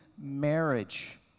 marriage